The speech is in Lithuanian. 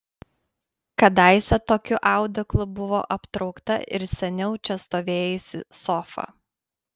kadaise tokiu audeklu buvo aptraukta ir seniau čia stovėjusi sofa